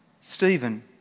Stephen